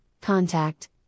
contact